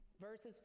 verses